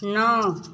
नौ